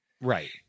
right